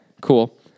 Cool